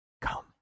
Come